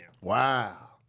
Wow